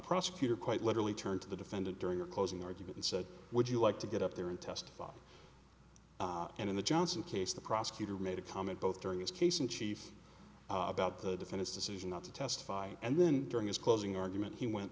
prosecutor quite literally turned to the defendant during a closing argument and said would you like to get up there and testify and in the johnson case the prosecutor made a comment both during his case in chief about the defend his decision not to testify and then during his closing argument he went